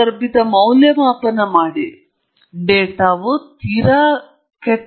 ಆದ್ದರಿಂದ ಥರ್ಮಾಮೀಟರ್ ತೆಗೆದುಕೊಂಡು ಅದನ್ನು ನಿಮ್ಮ ದೇಹದಲ್ಲಿ ಇರಿಸಿ ಮತ್ತು ಓದುವಿಕೆಯನ್ನು ತೆಗೆದುಕೊಳ್ಳಿ